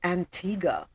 Antigua